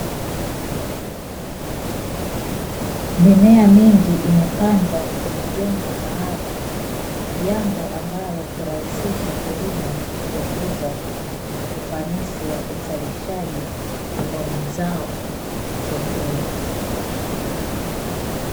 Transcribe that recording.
Mimea mingi imepambwa kwenye vombo maalumu, jambo ambalo hurahisisha kilimo kwa kuongeza ufanisi wa uzalishaji ama mazao ya chakula.